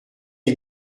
est